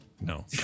no